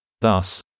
Thus